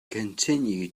continue